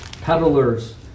peddlers